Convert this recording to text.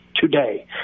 today